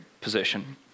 position